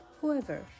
whoever